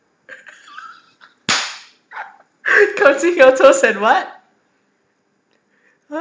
counting your toes and what